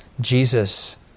Jesus